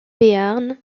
béarn